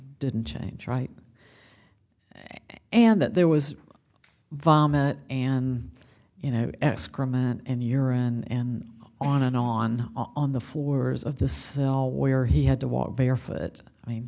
didn't change right and that there was vomit and you know excrement and urine and on and on on the floors of this well where he had to walk barefoot i mean